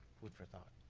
food for thought.